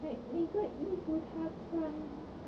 like 每个衣服他穿